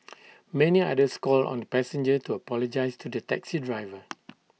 many others called on the passenger to apologise to the taxi driver